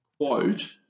quote